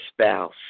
spouse